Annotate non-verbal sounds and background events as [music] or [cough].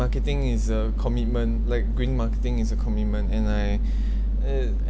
marketing is a commitment like green marketing is a commitment and I [breath] uh